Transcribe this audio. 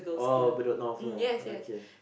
oh Bedok-North lah okay